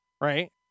right